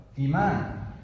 Iman